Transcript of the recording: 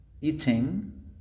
eating